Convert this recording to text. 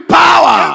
power